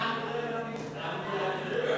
אדרנלין.